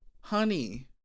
honey